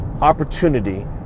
opportunity